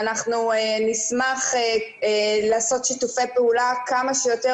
ואנחנו נשמח לעשות שיתופי פעולה כמה שיותר